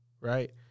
Right